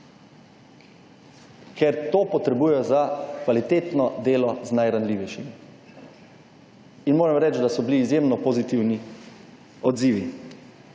ker to potrebujejo za kvalitetno delo z najranljivejšimi. In moram reči, da so bili izjemno pozitivni odzivi.